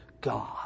God